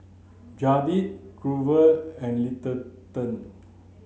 Jaeden Grover and Littleton